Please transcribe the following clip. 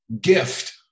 gift